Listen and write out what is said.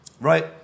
Right